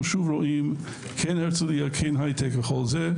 אנחנו רואים שוב, למרות ההייטק וכן הלאה,